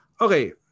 Okay